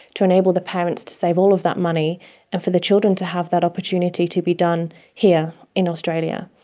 to enable the parents to save all of that money and for the children to have that opportunity to be done here in australia.